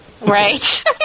right